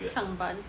上班